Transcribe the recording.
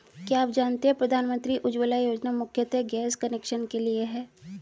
क्या आप जानते है प्रधानमंत्री उज्ज्वला योजना मुख्यतः गैस कनेक्शन के लिए है?